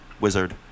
Wizard